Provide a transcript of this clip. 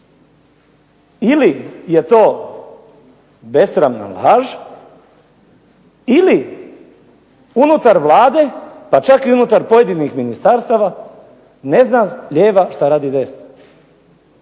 Ili je to besramna laž ili unutar Vlade, pa čak i unutar pojedinih ministarstava ne zna lijeva što radi desna.